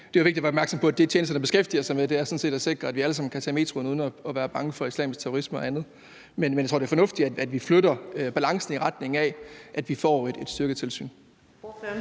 Det er jo vigtigt at være opmærksom på, at det, tjenesterne beskæftiger sig med, sådan set er at sikre, at vi alle sammen kan tage metroen uden at være bange for islamisk terrorisme og andet. Men jeg tror, det er fornuftigt, at vi flytter balancen i retning af, at vi får et styrket tilsyn.